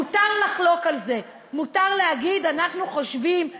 מותר לחלוק על זה, מותר להגיד: אנחנו חושבים אחרת,